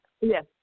Yes